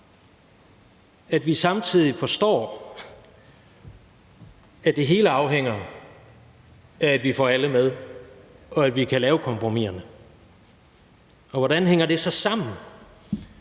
at vi samtidig forstår, at det hele afhænger af, at vi får alle med, og at vi kan lave kompromiserne. Hvordan hænger det så sammen?